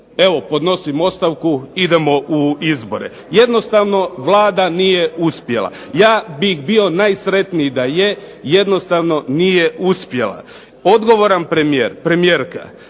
evo podnosim ostavku idemo u izbore, jednostavno Vlada nije uspjela. Ja bih bio najsretniji da je, jednostavno nije uspjela. Odgovoran premijer, premijerka